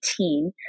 18